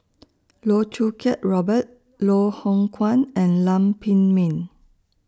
Loh Choo Kiat Robert Loh Hoong Kwan and Lam Pin Min